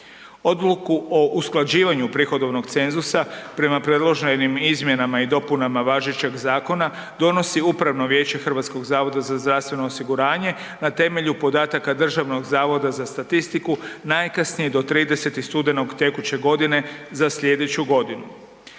Odluku o usklađivanju prihodovnog cenzusa prema predloženim izmjenama i dopunama važećeg zakona donosi Upravno vijeće HZZO-a na temelju podataka Državnog zavoda za statistiku najkasnije do 30. studenog tekuće godine za slijedeću godinu.